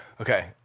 Okay